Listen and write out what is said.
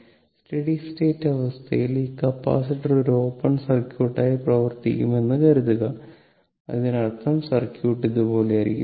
study state അവസ്ഥയിൽ ഈ capacitor ഒരു ഓപ്പൺ സർക്യൂട്ട് ആയി പ്രവർത്തിക്കുമെന്ന് കരുതുക അതിനർത്ഥം സർക്യൂട്ട് ഇതുപോലെയായിരിക്കും